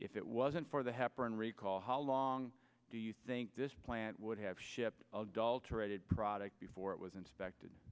if it wasn't for the happen recall how long do you think this plant would have shipped adulterated product before it was inspected